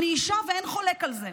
אני אישה ואין חולק על זה,